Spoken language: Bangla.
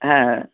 হ্যাঁ হ্যাঁ